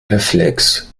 reflex